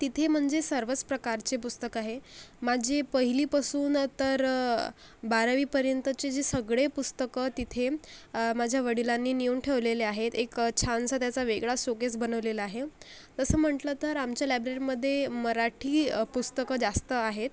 तिथे म्हणजे सर्वच प्रकारचे पुस्तक आहे माझी पहिली पासून तर बारावी पर्यंतचे जे सगळे पुस्तकं तिथे माझ्या वडिलांनी निऊन ठेवलेले आहेत एक छानसं त्याचा वेगळास शोकेस बनवलेला आहे तसं म्हटलं तर आमच्या लायब्ररीमध्ये मराठी पुस्तकं जास्त आहेत